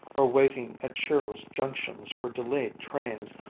or waiting at cheerless junctions for delayed trains,